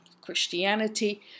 Christianity